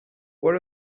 what